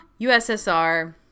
USSR